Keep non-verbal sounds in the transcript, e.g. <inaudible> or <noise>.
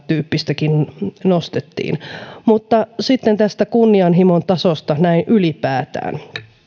tyyppistä nostettiin <unintelligible> <unintelligible> <unintelligible> <unintelligible> <unintelligible> <unintelligible> sitten tästä kunnianhimon tasosta näin ylipäätään